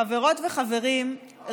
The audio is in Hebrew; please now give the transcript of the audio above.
חברות וחברים,